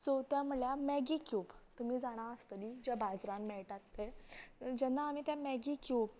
चवथे म्हल्यार Maggi cube तुमी जाणात आसतली जे बाजरान मेळटात तें जेन्ना आमी तें मॅगी क्यूब